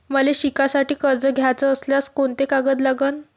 मले शिकासाठी कर्ज घ्याचं असल्यास कोंते कागद लागन?